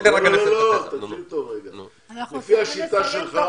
לפי שיטתך,